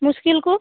ᱢᱩᱥᱠᱤᱞ ᱠᱚ